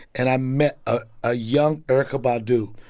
and i met a ah young erykah badu,